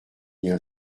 bien